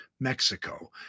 Mexico